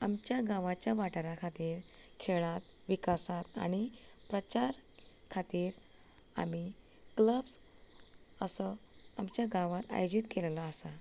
आमच्या गांवांच्या वाटारा खातीर खेळांत विकासांत आनी प्रचार खातीर आमी क्लब्स असो आमच्या गांवांत आयोजीत केलेलो आसा त्या